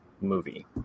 movie